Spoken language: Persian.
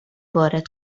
وارد